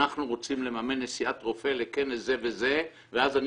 אנחנו רוצים לממן נסיעת רופא לכנס זה וזה ואז אני